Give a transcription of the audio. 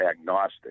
agnostic